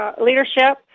leadership